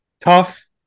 Tough